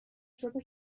تجربه